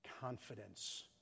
confidence